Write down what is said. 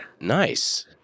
Nice